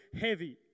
heavy